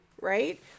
right